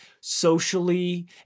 socially